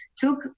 took